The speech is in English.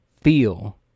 feel